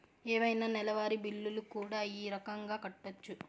ఏవైనా నెలవారి బిల్లులు కూడా ఈ రకంగా కట్టొచ్చు